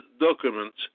documents